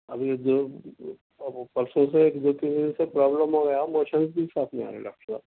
ابھی دو پرسوں سے ایک دو تین دن سے پرابلم ہو گیا موشن بھی ساتھ میں آنے لگتا ڈاکٹر صاحب